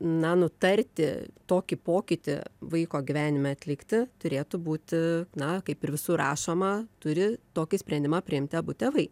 na nutarti tokį pokytį vaiko gyvenime atlikti turėtų būti na kaip ir visur rašoma turi tokį sprendimą priimti abu tėvai